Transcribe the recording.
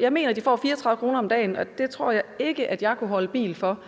Jeg mener, de får 34 kr. om dagen, og det tror jeg ikke at jeg kunne holde bil for.